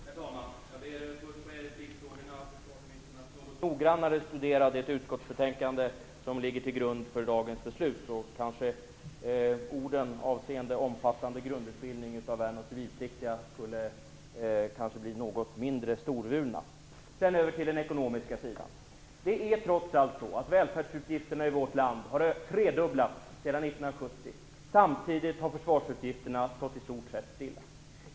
Herr talman! Jag ber försvarsministern att mer noggrant studera det utskottsbetänkande som ligger till grund för dagens beslut. Då kanske orden avseende omfattande grundutbildning av värn och civilpliktiga blir något mindre storvulna. Sedan över till den ekonomiska sidan. Välfärdsutgifterna har tredubblats i vårt land sedan 1970. Samtidigt har försvarsutgifterna i stort sett stått stilla.